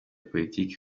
politiki